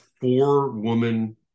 four-woman